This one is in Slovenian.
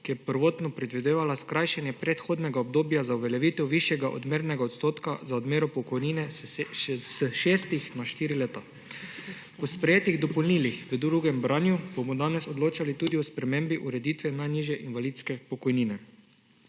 ki je prvotno predvidevala skrajšanje prehodnega obdobja za uveljavitev višjega odmernega odstotka za odmero pokojnine s šestih na štiri leta. Po sprejetih dopolnilih v drugem branju bomo danes odločali tudi o spremembi ureditve najnižje invalidske pokojnine.